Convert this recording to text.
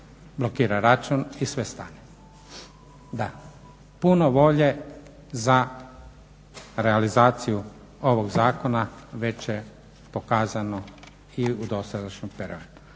blokira račun i sve stane. Da, puno volje za realizaciju ovog zakona već je pokazano i u dosadašnjem periodu.